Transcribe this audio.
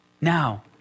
Now